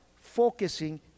focusing